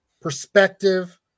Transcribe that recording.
perspective